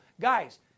Guys